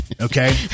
okay